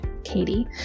Katie